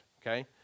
okay